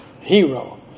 hero